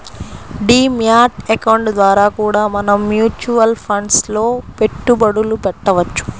D mat account ద్వారా కూడా మనం మ్యూచువల్ ఫండ్స్ లో పెట్టుబడులు పెట్టవచ్చు